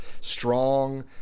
strong